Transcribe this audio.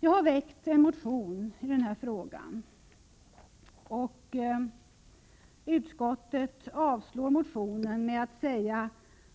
Jag har väckt en motion i den här frågan, och utskottet avstyrker motionen med att säga